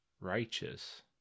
Righteous